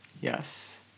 Yes